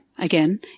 Again